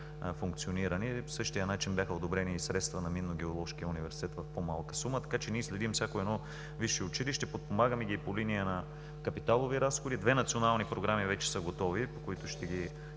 функциониране. По същия начин бяха одобрени и средства на Минно-геоложкия университет в по-малка сума. Така че ние следим всяко едно висше училище, подпомагаме ги по линия на капиталови разходи. Две национални програми вече са готови, които ще ги